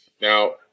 Now